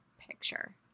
picture